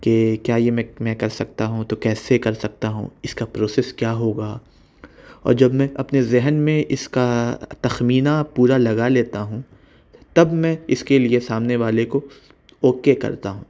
کہ کیا یہ میں میں کر سکتا ہوں تو کیسے کر سکتا ہوں اس کا پروسیس کیا ہوگا اور جب میں اپنے ذہن میں اس کا تخمینہ پورا لگا لیتا ہوں تب میں اس کے لئے سامنے والے کو اوکے کرتا ہوں